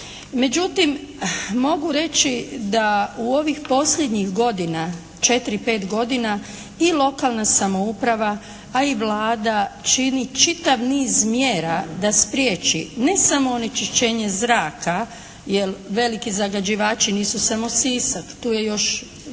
Međutim, mogu reći da u ovih posljednjih godina četiri, pet godina i lokalna samouprava a i Vlada čini čitav niz mjera da spriječi ne samo onečišćenje zraka, jer veliki zagađivači nisu samo Sisak. Tu je još čuli